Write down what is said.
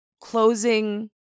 closing